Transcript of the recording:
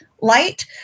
light